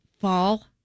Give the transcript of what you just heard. Fall